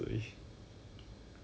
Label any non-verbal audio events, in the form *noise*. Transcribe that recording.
*laughs*